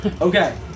Okay